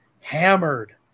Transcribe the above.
hammered